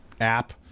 app